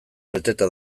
beteta